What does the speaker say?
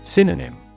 Synonym